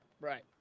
Right